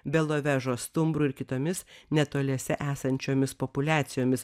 belovežo stumbrų ir kitomis netoliese esančiomis populiacijomis